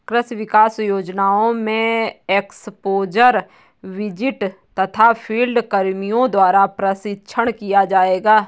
कृषि विकास योजना में एक्स्पोज़र विजिट तथा फील्ड कर्मियों द्वारा प्रशिक्षण किया जाएगा